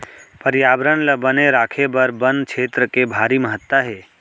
परयाबरन ल बने राखे बर बन छेत्र के भारी महत्ता हे